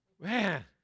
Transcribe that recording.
man